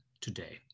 today